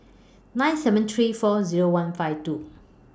nine seven three four Zero one five two